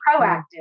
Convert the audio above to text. proactive